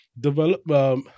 develop